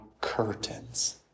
curtains